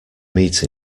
meet